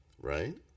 right